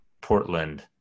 Portland